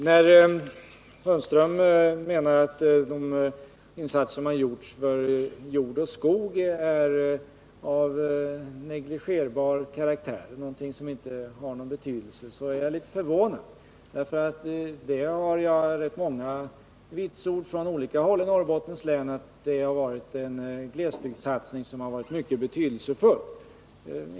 När Sten-Ove Sundström hävdade att de insatser som har gjorts för jord och skog är av negligerbar storlek och därför inte har någon betydelse, blev jag förvånad. Jag har hört många människor i Norrbottens län vitsorda att denna glesbygdssatsning har varit mycket betydelsefull.